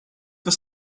was